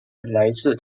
来自